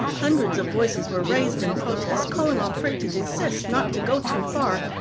hundreds of voices were raised in protest, calling on frick to desist, not to go too far.